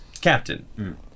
Captain